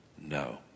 no